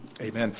Amen